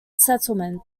settlement